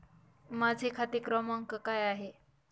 माझा खाते क्रमांक काय आहे?